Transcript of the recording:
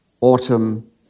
autumn